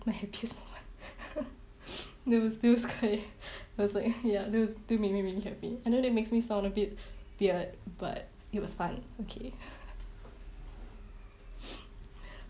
my happiest moment that was that was like that was like ya still still make me really happy i know that makes me sound a bit weird but it was fun okay